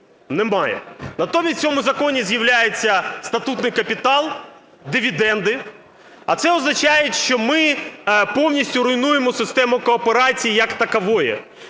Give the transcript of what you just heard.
Немає. Натомість в цьому законі з'являється статутний капітал, дивіденди, а це означає, що ми повністю руйнуємо систему кооперації як таку.